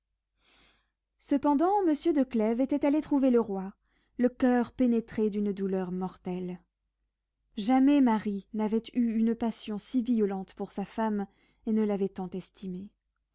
cependant monsieur de clèves était allé trouver le roi le coeur pénétré d'une douleur mortelle jamais mari n'avait eu une passion si violente pour sa femme et ne l'avait tant estimée